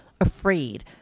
afraid